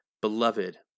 Beloved